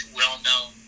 well-known